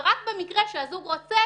ורק במקרה שהזוג רוצה,